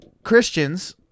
Christians